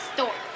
Store